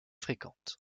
fréquente